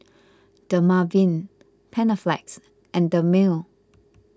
Dermaveen Panaflex and Dermale